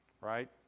Right